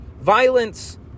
violence